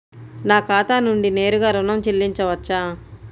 నా ఖాతా నుండి నేరుగా ఋణం చెల్లించవచ్చా?